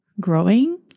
growing